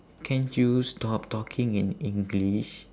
can't you stop talking in english